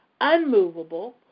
unmovable